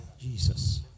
Jesus